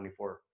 24